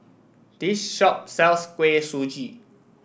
this shop sells Kuih Suji